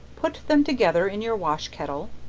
put them together in your wash kettle,